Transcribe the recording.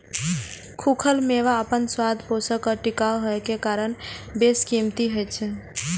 खूखल मेवा अपन स्वाद, पोषण आ टिकाउ होइ के कारण बेशकीमती होइ छै